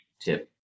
tip